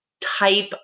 type